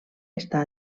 està